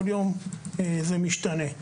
כל יום זה משתנה.